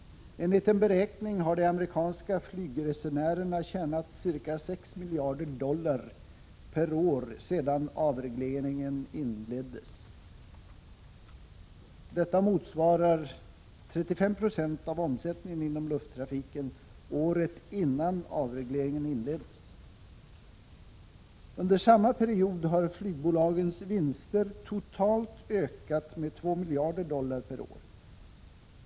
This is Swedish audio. Enligt beräkning har de amerikanska flygresenärerna tjänat ca 6 miljarder dollar per år sedan avregleringen inleddes. Detta motsvarar 35 9c av omsättningen inom lufttrafiken året innan avregleringen inleddes. Under samma period har flygbolagens vinster totalt ökat med 2 miljarder dollar per år.